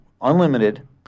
unlimited